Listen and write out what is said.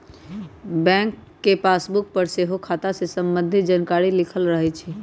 bank के passbook पर सेहो खता से संबंधित जानकारी लिखल रहै छइ